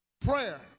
Prayer